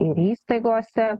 ir įstaigose